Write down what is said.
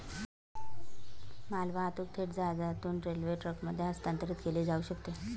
मालवाहतूक थेट जहाजातून रेल्वे ट्रकमध्ये हस्तांतरित केली जाऊ शकते